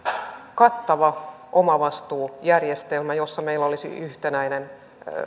kattava omavastuujärjestelmä jossa meillä olisi yhtenäinen